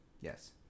Yes